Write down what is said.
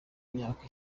myaka